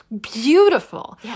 beautiful